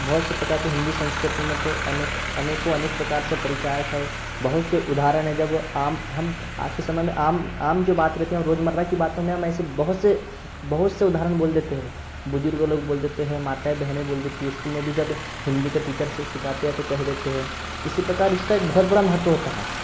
बहुत से प्रकार के हिंदी संस्कृति में तो अनेक अनेकों अनेक प्रकार से परिचायक है बहुत से उदहारण हैं जब आम हम आज के समय में आम आम जो बात करते हैं वो रोजमर्रा की बातों में हम ऐसे बहुत से बहुत से उदाहरण बोल देते हैं बुजुर्ग लोग बोल देते हैं माताएँ बहनें बोल देती हैं स्कूल में भी जब हिंदी का टीचर सि सिखाते हैं तो कह देते हैं इसी प्रकार इसका एक बहुत बड़ा महत्त्व होता है